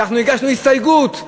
שאנחנו הגשנו הסתייגות,